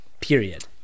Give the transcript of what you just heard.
period